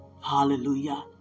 Hallelujah